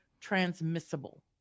transmissible